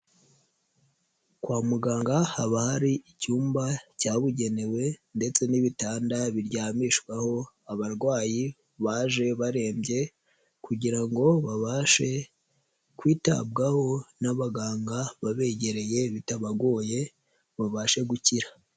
Kwa muganga haba hari icyumba cyabugenewe ndetse n'ibitanda biryamishwaho abarwayi baje barembye kugira ngo babashe kwitabwaho n'abaganga babegereye bitabagoye babashe gukira.